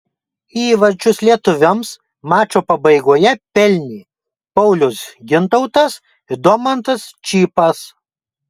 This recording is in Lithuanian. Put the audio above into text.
įvarčius lietuviams mačo pabaigoje pelnė paulius gintautas ir domantas čypas